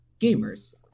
Gamers